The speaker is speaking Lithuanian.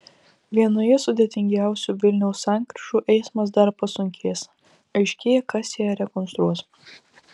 vienoje sudėtingiausių vilniaus sankryžų eismas dar pasunkės aiškėja kas ją rekonstruos